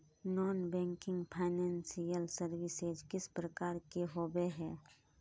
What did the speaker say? Non banking financial services किस प्रकार के होबे है?